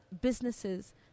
businesses